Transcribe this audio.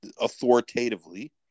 authoritatively